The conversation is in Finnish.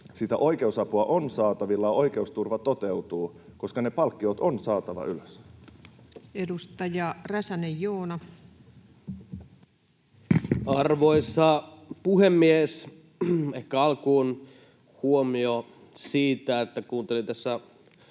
että oikeus-apua on saatavilla ja oikeusturva toteutuu? Koska ne palkkiot on saatava ylös. Edustaja Räsänen, Joona. Arvoisa puhemies! Ehkä alkuun huomio siitä, että kuuntelin tässä